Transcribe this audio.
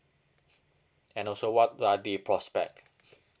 and also what are the prospect